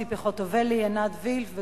ציפי חוטובלי ועינת וילף,